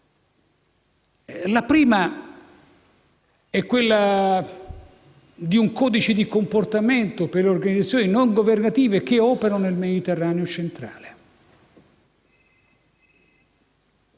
La prima è quella di un codice di comportamento per le organizzazioni non governative che operano nel Mediterraneo centrale.